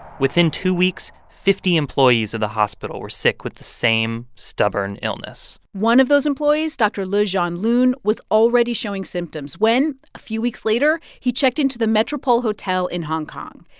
within two weeks, fifty employees of the hospital were sick with the same stubborn illness one of those employees, dr. liu jianlun, was already showing symptoms when, a few weeks later, he checked into the metropole hotel in hong kong.